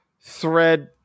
thread